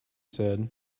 said